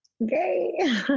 Okay